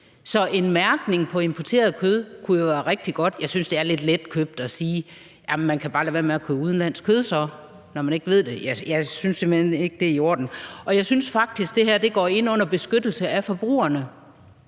Så en mærkning på importeret kød kunne jo være rigtig godt. Jeg synes, det er lidt letkøbt at sige, at så kan man bare lade være med at købe udenlandsk kød, når man ikke ved det. Jeg synes simpelt hen ikke, det er i orden. Og jeg synes faktisk, det her går ind under beskyttelse af forbrugerne,